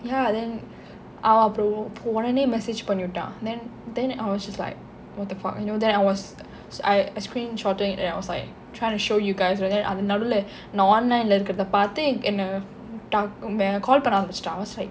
ya then அவன் அப்பறோம் உடனே:avan approm udane message பண்ணி உட்டான்:panni uttaan then then I was just like what the fuck you know then I was I screen shotted it and I was like trying to show you guys but then அது நடுவுலே நான்:athu nadvuule naan online இருக்கிறதே பாத்து என்னே:irukkurathe paatthu enne call பண்ண ஆரம்பிச்சுட்டான்:panna aarambichuttan I was like